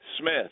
Smith